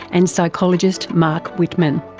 and psychologist marc wittmann.